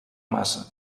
massa